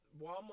Walmart